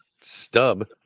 stub